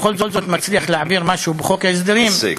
ובכל זאת מצליח להעביר משהו בחוק ההסדרים הישג,